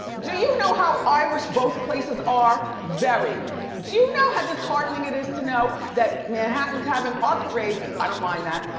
do you know how irish both places are? very. do you know how disheartening it is to know that manhattan's having our parade, i don't mind that,